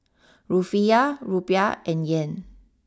Rufiyaa Rupiah and Yen